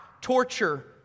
torture